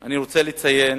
אני רוצה לציין